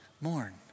mourn